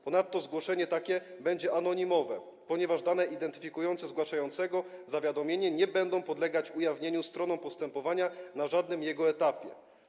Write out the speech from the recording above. Ponadto zgłoszenie takie będzie anonimowe, ponieważ dane identyfikujące zgłaszającego zawiadomienie nie będą podlegać ujawnieniu stronom postępowania na żadnym jego etapie.